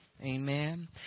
Amen